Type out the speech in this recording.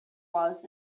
was